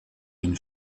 une